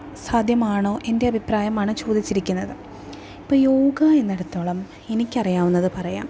സാദ്ധ്യമാണോ എൻ്റെ അഭിപ്രായമാണ് ചോദിച്ചിരിക്കുന്നത് അപ്പം യോഗ എന്നിടത്തോളം എനിക്കറിയാവുന്നത് പറയാം